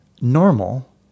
normal